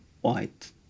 white